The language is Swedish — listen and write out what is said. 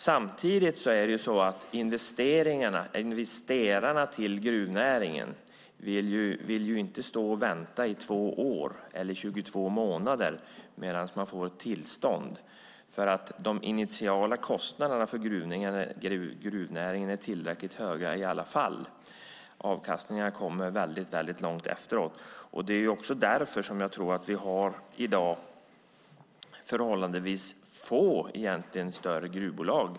Samtidigt vill inte investerarna i gruvnäringen vänta i två år eller 22 månader medan man får tillstånd. De initiala kostnaderna för gruvnäringen är tillräckligt höga ändå. Avkastningen kommer långt efteråt. Vi har i dag förhållandevis få större gruvbolag.